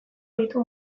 ditu